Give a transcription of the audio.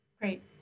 Great